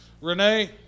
Renee